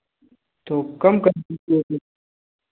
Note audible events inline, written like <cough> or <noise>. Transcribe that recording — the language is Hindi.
तो कम कर <unintelligible>